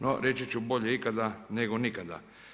No reći ću bolje ikada nego nikada.